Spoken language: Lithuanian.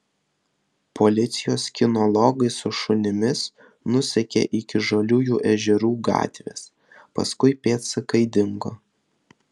policijos kinologai su šunimis nusekė iki žaliųjų ežerų gatvės paskui pėdsakai dingo